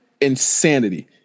Insanity